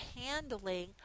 handling